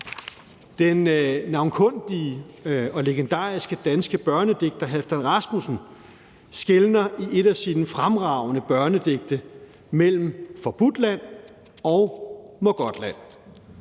Den navnkundige og legendariske danske børnedigter Halfdan Rasmussen skelner i et af sine fremragende børnedigte mellem Forbudtland og Mågodtland.